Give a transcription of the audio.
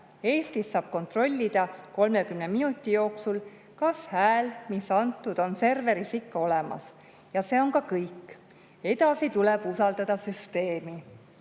Eestis saab kontrollida 30 minuti jooksul, kas hääl, mis on antud, on serveris ikka olemas, ja see on ka kõik. Edasi tuleb usaldada süsteemi